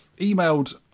emailed